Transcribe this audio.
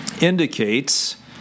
indicates